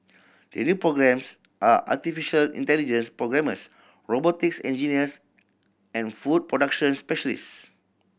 the new programmes are artificial intelligence programmers robotics engineers and food production specialist